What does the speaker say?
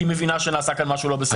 כי היא מבינה שנעשה כאן משהו לא בסדר.